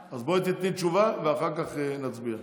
אז בואי תיתני תשובה ואחר כך נצביע.